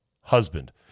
husband